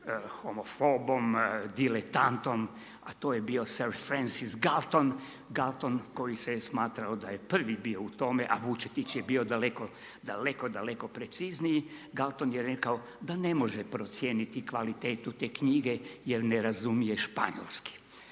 homofobom, diletantom a to je bio …/Govornik se ne razumije./… Galton koji se je smatrao da je prvi bio u tome a Vučetić je bio daleko, daleko, daleko precizniji. Galton je rekao da ne može procijeniti kvalitetu te knjige jer ne razumije španjolski.